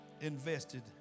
invested